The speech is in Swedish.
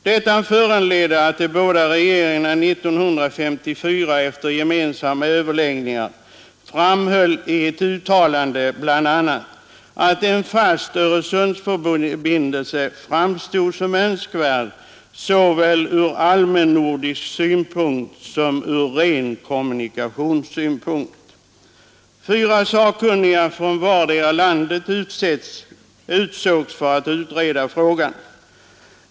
Detta föranledde att de båda regeringarna 1954 efter gemensamma överläggningar framhöll i ett uttalande, att en fast Öresundsförbindelse framstod som önskvärd såväl ur allmän nordisk synpunkt som ur ren kommunikationssynpunkt. Fyra sakkunniga från vartdera landet utsågs för att utreda frågan.